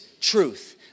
truth